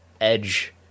Edge